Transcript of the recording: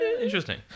interesting